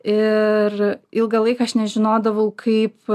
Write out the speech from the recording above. ir ilgą laiką aš nežinodavau kaip